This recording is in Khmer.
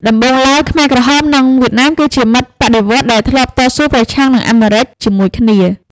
ដំបូងឡើយ ខ្មែរក្រហម និងវៀតណាមគឺជាមិត្តបដិវត្តន៍ដែលធ្លាប់តស៊ូប្រឆាំងនឹងអាមេរិកជាមួយគ្នា។